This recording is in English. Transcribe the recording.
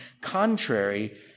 contrary